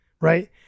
right